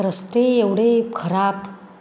रस्ते एवढे खराब